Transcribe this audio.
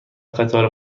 قطار